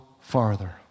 farther